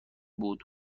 بود